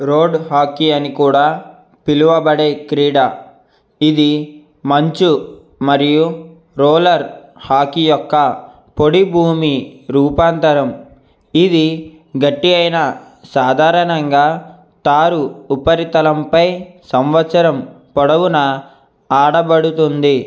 road hockey అని కూడా పిలువబడే క్రీడ ఇది మంచు మరియు రోలర్ హాకీ యొక్క పొడి భూమి రూపాంతరం ఇది గట్టియైనా సాధారణంగా తారు ఉపరితలంపై సంవత్సరం పొడవునా ఆడబడుతుంది